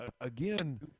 again